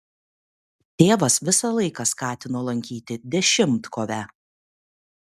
tėvas visą laiką skatino lankyti dešimtkovę